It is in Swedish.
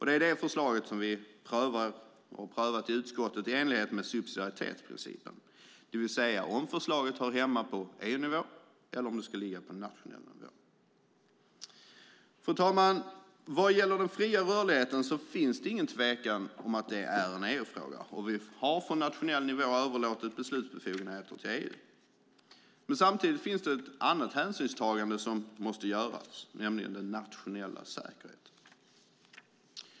Det är det förslaget som vi i utskottet har prövat i enlighet med subsidiaritetsprincipen, det vill säga om förslaget hör hemma på EU-nivå eller på nationell nivå. Fru talman! Det finns ingen tvekan om att den fria rörligheten är en EU-fråga. Vi har överlåtit beslutsbefogenheten från den nationella nivån till EU. Samtidigt finns det ett annat hänsynstagande som måste göras, nämligen till den nationella säkerheten.